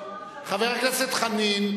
חבר הכנסת חנין,